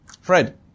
Fred